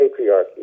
patriarchy